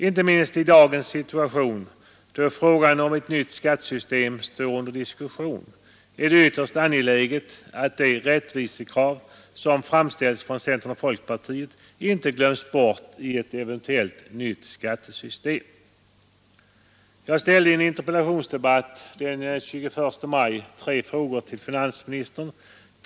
Inte minst i dagens situation, då frågan om ett nytt skattesystem står under diskussion, är det ytterst angeläget att de rättvisekrav som framställts av centern och folkpartiet inte glöms bort i ett eventuellt nytt skattesystem. Jag ställde i en interpellationsdebatt den 21 maj tre frågor till finansministern.